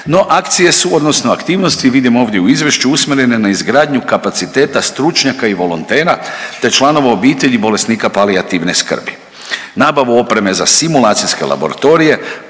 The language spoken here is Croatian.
No, akcije su odnosno aktivnosti vidimo ovdje u izvješću usmjerene na izgradnju kapaciteta stručnjaka i volontera te članova obitelji bolesnika palijativne skrbi. Nabavu opreme za simulacijske laboratorije,